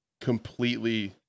completely